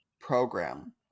program